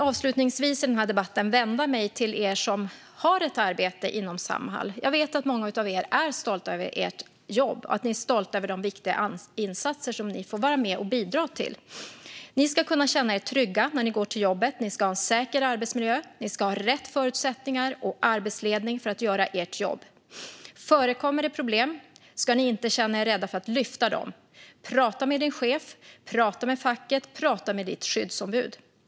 Avslutningsvis i denna debatt vill jag vända mig till er som har ett arbete inom Samhall. Jag vet att många av er är stolta över ert jobb och att ni är stolta över de viktiga insatser som ni får vara med och bidra till. Ni ska kunna känna er trygga när ni går till jobbet. Ni ska ha en säker arbetsmiljö. Ni ska ha rätt förutsättningar och arbetsledning för att göra ert jobb. Förekommer det problem ska ni inte känna er rädda för att lyfta fram dem. Prata med er chef, prata med facket och prata med ert skyddsombud!